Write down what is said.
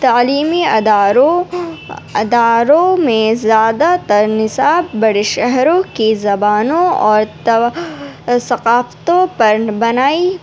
تعلیمی اداروں اداروں میں زیادہ تر نصاب بڑے شہروں کی زبانوں اور ثقافتوں پر بنائی